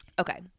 Okay